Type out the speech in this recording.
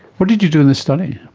what did you do in this study?